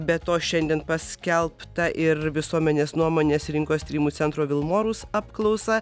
be to šiandien paskelbta ir visuomenės nuomonės rinkos tyrimų centro vilmorus apklausa